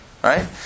Right